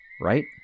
right